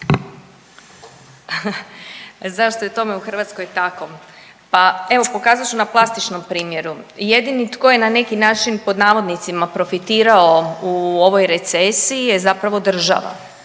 Zašto je tome u Hrvatskoj tako. Pa evo, pokazat ću na plastičnom primjeru. Jedini tko je na neki način, pod navodnicima, profitirao u ovoj recesiji je zapravo država